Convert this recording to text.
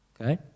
Okay